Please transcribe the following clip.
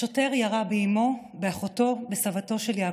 השוטר ירה באימו, באחותו, בסבתו של יעקב.